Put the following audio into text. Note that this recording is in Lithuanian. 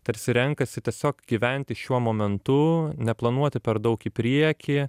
tarsi renkasi tiesiog gyventi šiuo momentu neplanuoti per daug į priekį